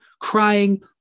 crying